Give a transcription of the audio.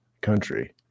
country